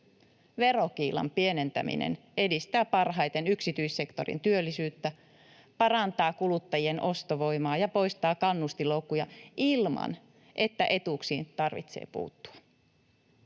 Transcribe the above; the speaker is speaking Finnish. Verokiilan pienentäminen edistää parhaiten yksityissektorin työllisyyttä, parantaa kuluttajien ostovoimaa ja poistaa kannustinloukkuja ilman, että etuuksiin tarvitsee puuttua.